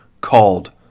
called